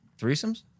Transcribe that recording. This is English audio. threesomes